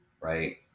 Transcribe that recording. right